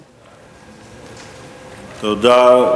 תודה.